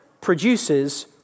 produces